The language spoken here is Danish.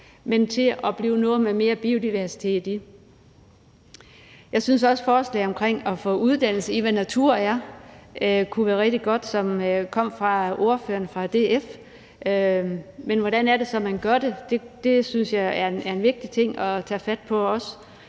går til at blive noget med mere biodiversitet i. Jeg synes også, at forslaget om at få en uddannelse i, hvad natur er, kunne være rigtig godt. Det kom fra ordføreren fra DF. Men hvordan man så gør det, synes jeg er en vigtig ting at tage fat på.